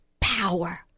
power